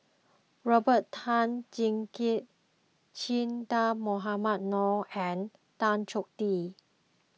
Robert Tan Jee Keng Che Dah Mohamed Noor and Tan Choh Tee